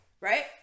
right